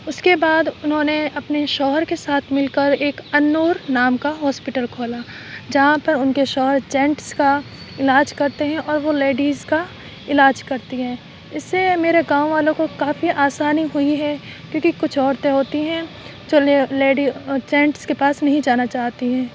اس کے بعد انہوں نے اپنے شوہر کے ساتھ مل کر ایک النور نام كا ہاسپیٹل کھولا جہاں پر ان کے شوہر جینٹس کا علاج کرتے ہیں اور وہ لیڈیز کا علاج كرتی ہیں اس سے میرے گاؤں والوں كو كافی آسانی ہوئی ہے کیوں کہ کچھ عورتیں ہوتی ہیں جو جینٹس کے پاس نہیں جانا چاہتی ہیں